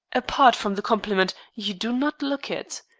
apart from the compliment, you do not look it.